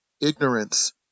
ignorance